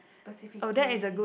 specifically